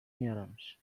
میارمش